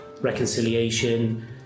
reconciliation